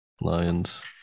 lions